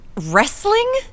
Wrestling